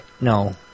no